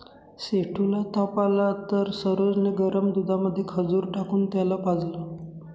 सेठू ला ताप आला तर सरोज ने गरम दुधामध्ये खजूर टाकून त्याला पाजलं